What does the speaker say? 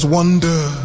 wonder